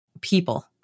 people